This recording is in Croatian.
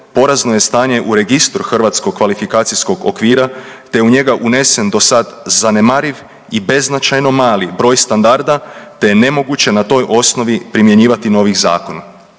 porazno je stanje u Registru HKO-a te u njega unesen do sad zanemariv i beznačajno mali broj standarda te je nemoguće na toj osnovi primjenjivati novi zakon.